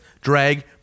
drag